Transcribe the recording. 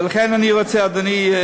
ולכן, אדוני,